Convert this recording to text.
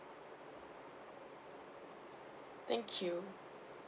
thank you